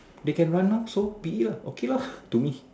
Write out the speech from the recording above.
they can run lor so be it lah okay lor to me